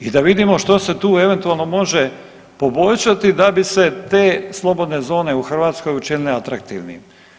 I da vidimo što se tu eventualno može poboljšati da bi se te slobodne zone u Hrvatskoj učinile atraktivnijim.